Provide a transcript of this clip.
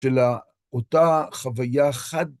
שלאותה חוויה חד-